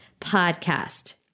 Podcast